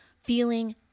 Feeling